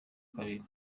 kabiri